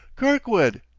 kirkwood!